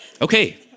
Okay